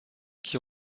qui